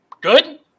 Good